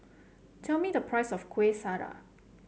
tell me the price of Kueh Syara